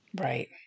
Right